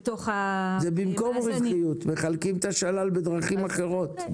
זה במקום רווחיות, מחלקים את השלל בדרכים אחרות.